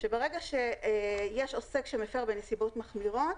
שברגע שיש עוסק שמפר בנסיבות מחמירות,